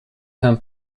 can